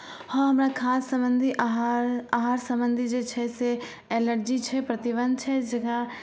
हँ हमरा खाद सम्बन्धी आहार आहार सम्बन्धी जे छै से एलर्जी छै प्रतिबन्ध छै जेना